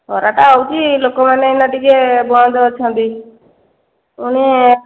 ଖରାଟା ହେଉଛି ଲୋକ ମାନେ ଏଇନା ଟିକେ ବନ୍ଦ ଅଛନ୍ତି ପୁଣି